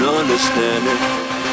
understanding